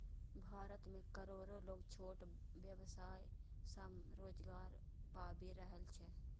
भारत मे करोड़ो लोग छोट व्यवसाय सं रोजगार पाबि रहल छै